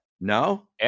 No